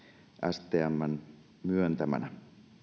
stmn myöntämänä